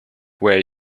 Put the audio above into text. way